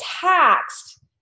taxed